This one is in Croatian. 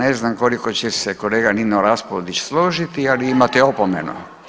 Ne znam koliko će se kolega Nino Raspudić složiti, ali imate opomenu.